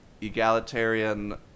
egalitarian